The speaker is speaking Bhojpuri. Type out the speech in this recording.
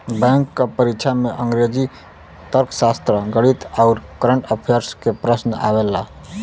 बैंक क परीक्षा में अंग्रेजी, तर्कशास्त्र, गणित आउर कंरट अफेयर्स के प्रश्न आवला